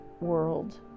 world